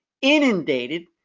inundated